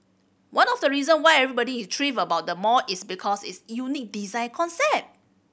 one of the reason why everybody is thrilled about the mall is because its unique design concept